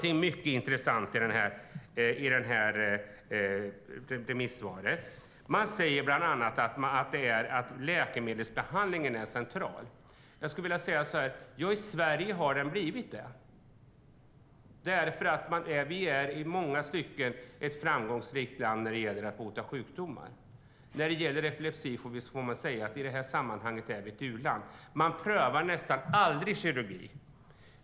I svaret säger ministern bland annat att läkemedelsbehandlingen är central. Jag skulle vilja säga att den har blivit det i Sverige. Vi är i många stycken ett framgångsrikt land när det gäller att bota sjukdomar. Men när det gäller epilepsi är vi i det här sammanhanget ett u-land. Man prövar nästan aldrig kirurgi.